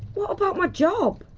what about my job?